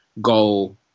goal